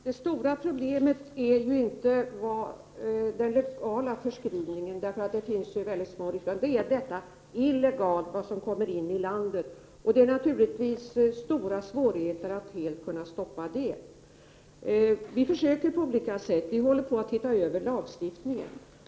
Herr talman! Det stora problemet är ju inte den legala förskrivningen, utan det är vad som illegalt kommer in i landet. Det innebär naturligtvis stora svårigheter att helt kunna stoppa en sådan införsel, men vi försöker på olika sätt. Vi håller på att se över lagstiftningen.